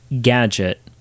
gadget